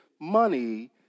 Money